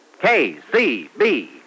KCB